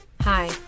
Hi